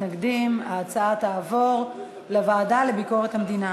ההצעה להעביר את הנושא לוועדה לענייני ביקורת המדינה